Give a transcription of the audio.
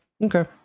okay